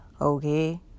Okay